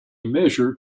measure